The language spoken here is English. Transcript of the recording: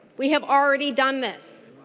we have already done this.